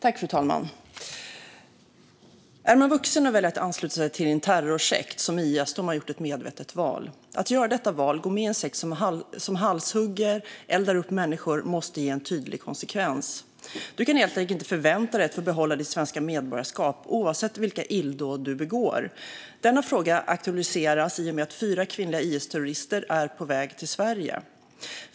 Fru talman! Är man vuxen och väljer att ansluta sig till en terrorsekt som IS har man gjort ett medvetet val. Att göra detta val - gå med i en sekt som halshugger och eldar upp människor - måste ge en tydlig konsekvens. Du kan helt enkelt inte förvänta dig att få behålla ditt svenska medborgarskap oavsett vilka illdåd du begår. Denna fråga aktualiseras i och med att fyra kvinnliga IS-terrorister är på väg till Sverige.